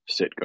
SitGo